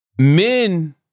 Men